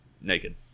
Naked